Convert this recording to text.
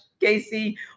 Casey